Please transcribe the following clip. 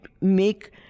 make